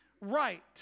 right